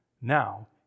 Now